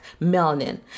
melanin